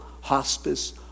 hospice